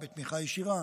בתמיכה ישירה,